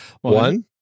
One